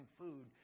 food